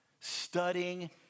studying